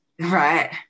right